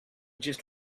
just